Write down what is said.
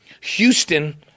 Houston